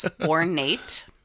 ornate